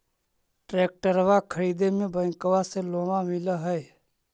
ट्रैक्टरबा खरीदे मे बैंकबा से लोंबा मिल है?